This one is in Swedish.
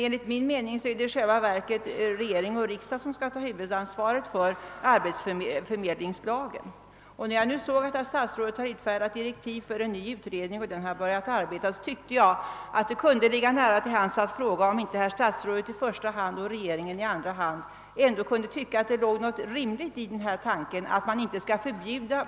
Enligt min mening är det emellertid regering och riksdag som har huvudansvaret för arbetsförmedlingslagen. Eftersom herr statsrådet utfärdat direktiv för en ny utredning, tyckte jag att det kunde ligga nära till hands att fråga, om i första hand statsrådet och i andra hand regeringen ändå inte anser att det ligger något rimligt i tanken att privata initiativ på detta område inte skall förbjudas.